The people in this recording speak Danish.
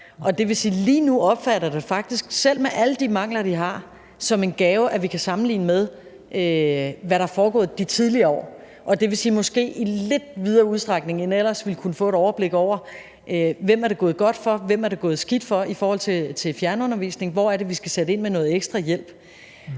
lige nu opfatter jeg det faktisk – selv med alle de mangler, de har – som en gave, at vi kan sammenligne med, hvad der er foregået de tidligere år. Det vil sige, at vi måske i lidt videre udstrækning end ellers vil kunne få et overblik over, hvem det er gået godt for, hvem det er gået skidt for i forhold til fjernundervisning. Hvor er det, vi skal sætte ind med noget ekstra hjælp?